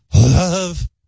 Love